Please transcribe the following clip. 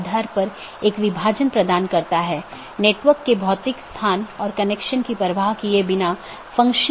यदि हम अलग अलग कार्यात्मकताओं को देखें तो BGP कनेक्शन की शुरुआत और पुष्टि करना एक कार्यात्मकता है